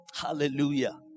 Hallelujah